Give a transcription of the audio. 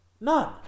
None